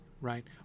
Right